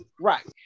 right